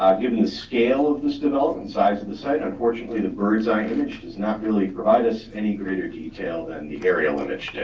um given the scale of this development size of the site, unfortunately the bird's eye image does not really provide us any greater detail than the aerial image did.